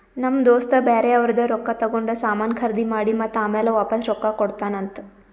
ನಮ್ ದೋಸ್ತ ಬ್ಯಾರೆ ಅವ್ರದ್ ರೊಕ್ಕಾ ತಗೊಂಡ್ ಸಾಮಾನ್ ಖರ್ದಿ ಮಾಡಿ ಮತ್ತ ಆಮ್ಯಾಲ ವಾಪಾಸ್ ರೊಕ್ಕಾ ಕೊಡ್ತಾನ್ ಅಂತ್